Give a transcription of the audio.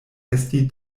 esti